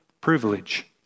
privilege